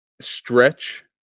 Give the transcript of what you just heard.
stretch